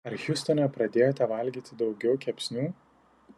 ar hjustone pradėjote valgyti daugiau kepsnių